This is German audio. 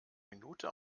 minute